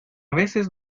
veces